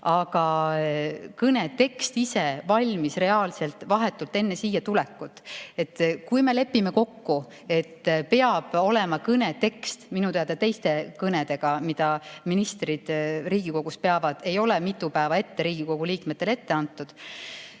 Aga kõne tekst ise valmis reaalselt vahetult enne siia tulekut. Kui me lepime kokku, et peab olema kõne tekst – minu teada teiste kõnede puhul, mida ministrid Riigikogus peavad, ei ole neid mitu päeva ette Riigikogu liikmetele antud